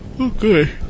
okay